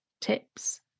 tips